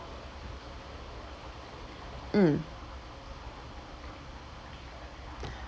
mm